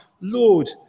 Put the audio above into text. Lord